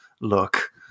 look